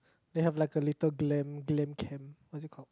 they have like a little glam glam cam what is it called